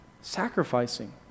Sacrificing